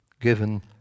given